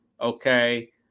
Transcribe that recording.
Okay